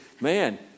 man